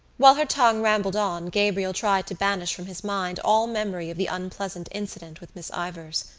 while her tongue rambled on gabriel tried to banish from his mind all memory of the unpleasant incident with miss ivors.